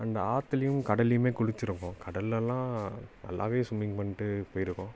and ஆற்றுலையும் கடல்லேயுமே குளிச்சுருக்கோம் கடல்லெல்லாம் நல்லாவே சும்மிங் பண்ணிட்டு போயிருக்கோம்